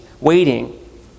waiting